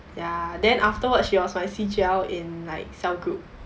ya then afterwards she was my C_G_L in like cell group